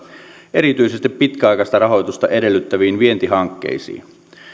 erityisesti pitkäaikaista rahoitusta edellyttäviin vientihankkeisiin